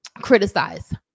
criticize